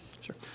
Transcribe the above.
Sure